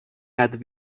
had